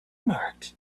marked